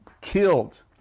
killed